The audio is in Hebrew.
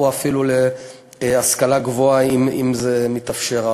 או אפילו להשכלה גבוהה אם זה מתאפשר.